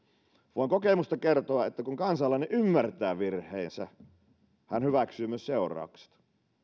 voin kokemuksesta kertoa että kun kansalainen ymmärtää virheensä hän hyväksyy myös seuraukset